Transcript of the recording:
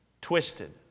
Twisted